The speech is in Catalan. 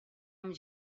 amb